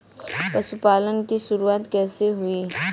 पशुपालन की शुरुआत कैसे हुई?